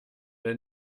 der